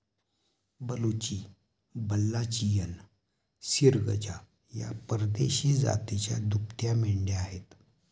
बलुची, बल्लाचियन, सिर्गजा या परदेशी जातीच्या दुभत्या मेंढ्या आहेत